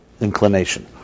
inclination